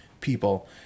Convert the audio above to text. people